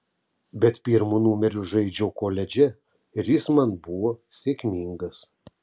bet pirmu numeriu žaidžiau koledže ir jis man buvo sėkmingas